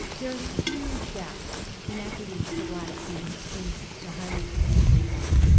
there is huge gap in equity for black students in the highly capable cohort.